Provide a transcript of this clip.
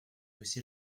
réussi